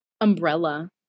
Umbrella